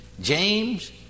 James